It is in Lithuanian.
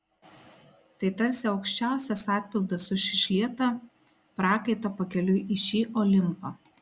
tai tarsi aukščiausias atpildas už išlietą prakaitą pakeliui į šį olimpą